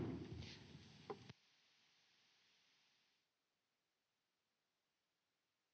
Kiitos